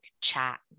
chat